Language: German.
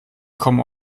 kommen